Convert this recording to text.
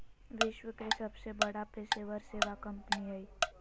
विश्व के सबसे बड़ा पेशेवर सेवा कंपनी हइ